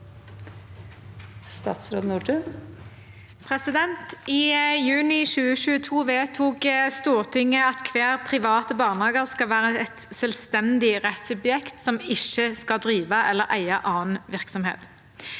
I juni 2022 vedtok Stortinget at hver private barnehage skal være et selvstendig rettssubjekt som ikke skal drive eller eie annen virksomhet.